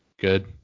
Good